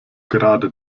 gerade